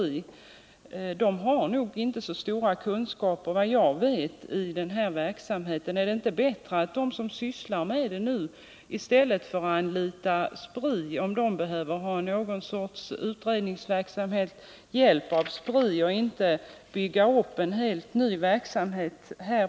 Vad jag vet har nog inte Spri så stora kunskaper i den här verksamheten. Är det inte bättre att det ligger hos samarbetsgruppen mellan socialstyrelsen och strålskyddsinstitutet, dvs. den grupp som sysslar med det nu, än att bygga upp en helt ny verksamhet?